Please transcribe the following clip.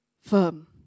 Firm